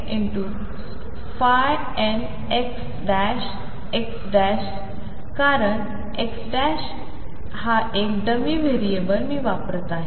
कारण xis एक dummy variable मी वापरत आहे